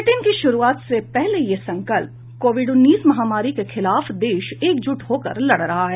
bulletin की श्रूआत से पहले ये संकल्प कोविड उन्नीस महामारी के खिलाफ देश एकजुट होकर लड़ रहा है